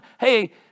Hey